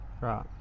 Right